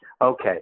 okay